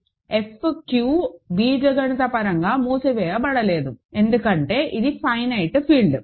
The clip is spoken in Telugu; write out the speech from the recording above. F q బీజగణితపరంగా మూసివేయబడలేదు ఎందుకంటే ఇది ఫైనైట్ ఫీల్డ్